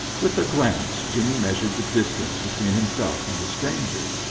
with a glance jimmie measured the distance between himself and the stranger.